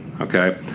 okay